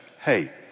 Hey